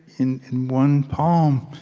in in one palm,